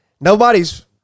nobody's